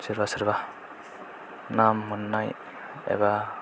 सोरबा सोरबा नाम मोननाय एबा